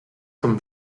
com